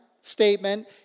statement